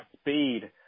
speed